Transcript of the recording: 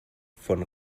von